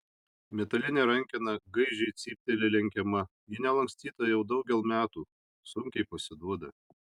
metalinė rankena gaižiai cypteli lenkiama ji nelankstyta jau daugel metų sunkiai pasiduoda